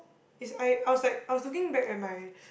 is I I was like I was looking back at my